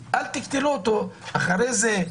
אז אל תקטלו אותו אחר כך באמירות: